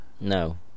no